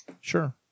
Sure